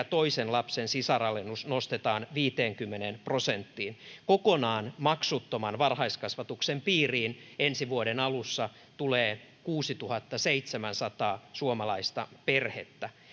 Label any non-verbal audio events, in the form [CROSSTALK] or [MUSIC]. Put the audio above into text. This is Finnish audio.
[UNINTELLIGIBLE] toisen lapsen sisaralennus nostetaan viiteenkymmeneen prosenttiin kokonaan maksuttoman varhaiskasvatuksen piiriin ensi vuoden alussa tulee kuusituhattaseitsemänsataa suomalaista perhettä